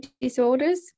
disorders